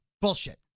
Bullshit